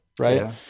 right